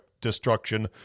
destruction